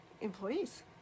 employees